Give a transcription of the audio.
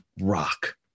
Rock